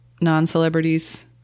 non-celebrities